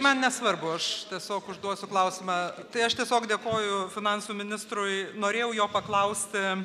man nesvarbu aš tiesiog užduosiu klausimą tai aš tiesiog dėkoju finansų ministrui norėjau jo paklausti